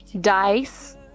dice